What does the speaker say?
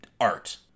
art